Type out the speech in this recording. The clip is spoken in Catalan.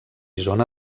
zona